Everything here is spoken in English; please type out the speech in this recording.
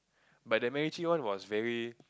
but the MacRitchie one was very